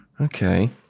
Okay